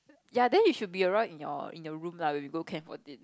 ya then he should be around in your in your room lah we go can for it